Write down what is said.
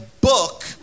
book